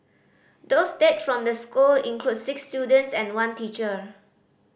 those dead from the school include six students and one teacher